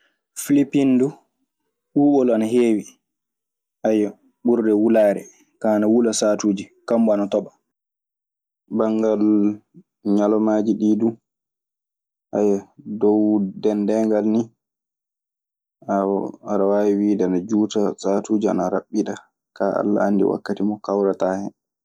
Filipiin dun ɓubol ana hewi, ayio, ɓurde wulare ka ana wula satuje kammu ana tooɓa. Banngal ñalawmaaji ɗii du, hayya, dow denndaangal nii, aɗe waawi wiide ana juuta, saatuuji ana raɓɓiɗa. Kaa, Alla anndi wakkati mo kawrataa hen.